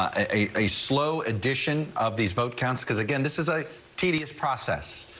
ah a slow edition of these vote counts because again this is a tedious process.